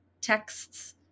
texts